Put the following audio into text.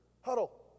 huddle